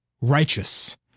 righteous